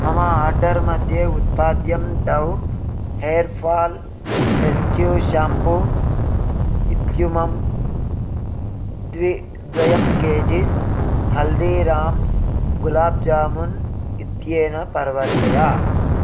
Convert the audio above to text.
मम आर्डर् मध्ये उत्पाद्यं Dove hair fall rescue shampoo इत्यमुं द्वे द्वे केजीस् हल्दीराम्स् गुलाब् जामून् इत्यनेन परिवर्तय